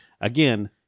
again